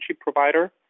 provider